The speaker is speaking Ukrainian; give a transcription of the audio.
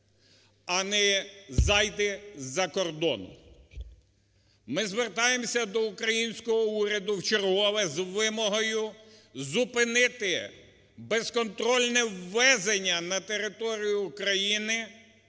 а не зайди із-за кордону. Ми звертаємося до українського уряду вчергове з вимогою зупинити безконтрольне ввезення на територію України